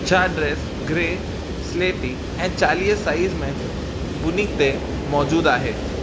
छा dress grey स्लेटी ऐं चालीह साइज में वूनिक ते मौजूदु आहे